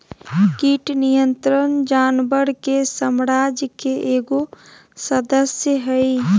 कीट नियंत्रण जानवर के साम्राज्य के एगो सदस्य हइ